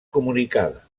comunicada